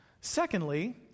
secondly